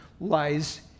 lies